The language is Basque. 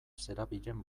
zerabilen